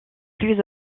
plus